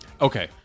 Okay